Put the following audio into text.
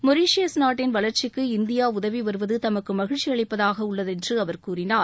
Mauritius நாட்டின் வளர்ச்சிக்கு India உதவி வருவது தமக்கு மகிழ்ச்சி அளிப்பதாக இருக்கிறது என்று அவர் கூறினார்